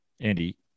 Andy